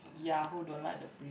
ya who don't like the free